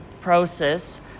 process